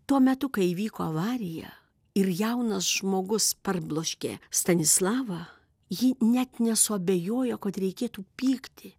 tuo metu kai įvyko avarija ir jaunas žmogus parbloškė stanislavą ji net nesuabejojo kad reikėtų pykti